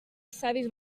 savis